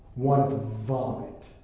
wanted to vomit.